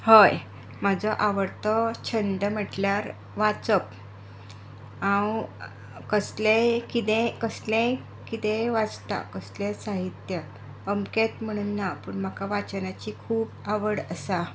हय म्हजो आवडटो छंद म्हणल्यार वाचप हांव कसलेंय कितेंय कसलेंय कितेंय वाचतां कसलेंय साहित्य अमकेंच म्हणून ना पूण म्हाका वाचनाची खूब आवड आसा